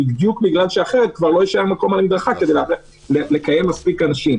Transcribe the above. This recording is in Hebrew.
בדיוק בגלל שאחרת כבר לא יישאר מקום על המדרכה כדי לקיים מספיק אנשים.